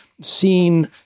Seen